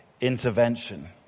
intervention